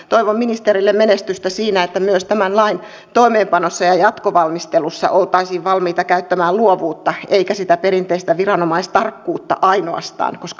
toivon ministerille menestystä siinä että myös tämän lain toimeenpanossa ja jatkovalmistelussa oltaisiin valmiita käyttämään luovuutta eikä ainoastaan sitä perinteistä viranomaistarkkuutta koska molempia tarvitaan